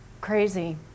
crazy